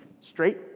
straight